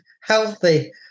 healthy